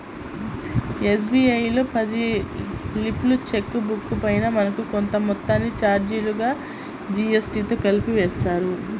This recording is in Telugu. ఎస్.బీ.ఐ లో పది లీఫ్ల చెక్ బుక్ పైన మనకు కొంత మొత్తాన్ని చార్జీలుగా జీఎస్టీతో కలిపి వేస్తారు